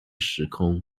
时空